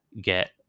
get